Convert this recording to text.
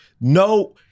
no